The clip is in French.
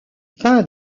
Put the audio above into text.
peint